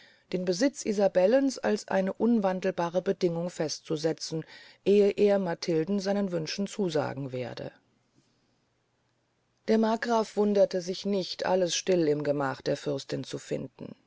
den besitz isabellens als eine unwandelbare bedingung festzusetzen ehe er matilden seinen wünschen zusagen werde der markgraf wunderte sich nicht alles still im gemach der fürstin zu finden